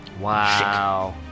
Wow